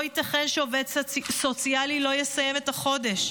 לא ייתכן שעובד סוציאלי לא יסיים את החודש.